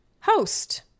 host